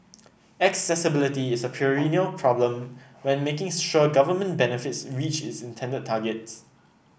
accessibility is a perennial problem when making sure government benefits reach its intended targets